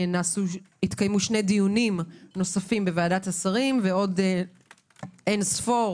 התקיימו שני דיונים נוספים בוועדת השרים ועוד אין ספור